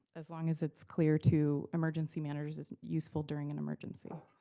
as long as it's clear to emergency managers is it useful during an emergency?